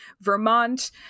Vermont